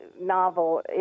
novel